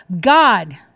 God